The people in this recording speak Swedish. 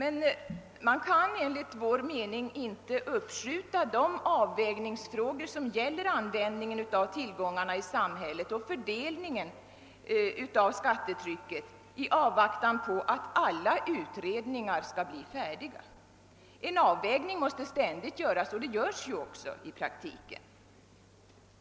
Enligt vår mening kan man emellertid inte uppskjuta de avvägningsfrågor som gäller användningen av tillgångarna i samhället och fördelningen av skattetrycket i avvaktan på att alla utredningar skall bli färdiga. En avvägning måste ständigt göras och görs också i praktiken.